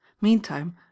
meantime